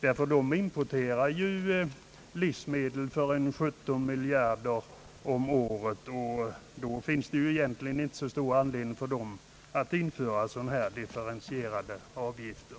Det landet importerar ju livsmedel för cirka 17 miljarder om året, och då finns det inte så stor anledning att där införa sådana här differentierade avgifter.